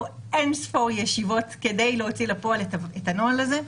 אין-ספור ישיבות כדי להוציא לפועל את הנוהל הזה,